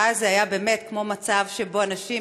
ואז זה היה באמת מצב שאנשים,